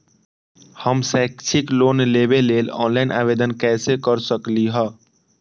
हम शैक्षिक लोन लेबे लेल ऑनलाइन आवेदन कैसे कर सकली ह?